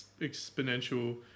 exponential